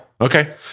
Okay